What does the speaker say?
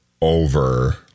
over